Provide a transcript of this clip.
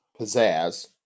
pizzazz